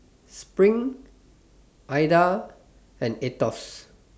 SPRING Ida and Aetos